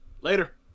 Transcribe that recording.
Later